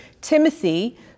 Timothy